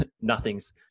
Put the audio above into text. nothing's